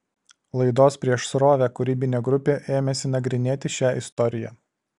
laidos prieš srovę kūrybinė grupė ėmėsi nagrinėti šią istoriją